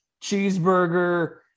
cheeseburger